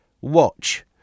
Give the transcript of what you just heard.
watch